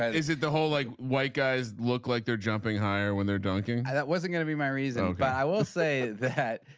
is it the whole like white guys look like they're jumping higher when they're drinking. that wasn't gonna be my reason. but i will say that